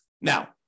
Now